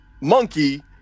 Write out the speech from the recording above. monkey